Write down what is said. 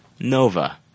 Nova